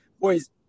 Boys